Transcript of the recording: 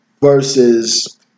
versus